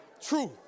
truth